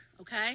okay